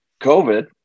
COVID